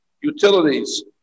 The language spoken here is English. Utilities